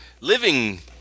living